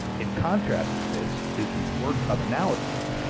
in contrast with this is the work of analysis,